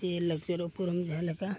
ᱥᱮ ᱞᱟᱠᱪᱟᱨ ᱩᱯᱨᱚᱢ ᱫᱚᱦᱚᱭᱞᱮᱠᱟ